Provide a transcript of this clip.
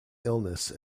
illness